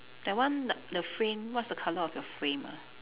that one the the frame what's the colour of your frame ah